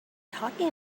talking